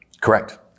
Correct